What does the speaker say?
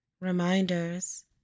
Reminders